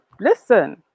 listen